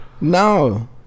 No